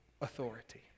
authority